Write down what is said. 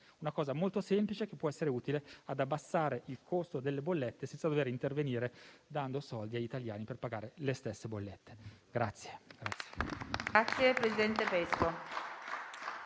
una cosa molto semplice che può essere utile ad abbassare il costo delle bollette senza dover intervenire dando soldi agli italiani per pagare le stesse bollette.